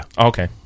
Okay